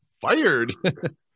fired